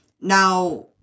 Now